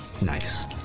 Nice